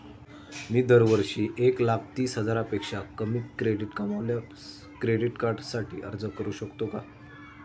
मी दरवर्षी एक लाख तीस हजारापेक्षा कमी कमावल्यास क्रेडिट कार्डसाठी अर्ज करू शकतो का?